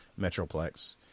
Metroplex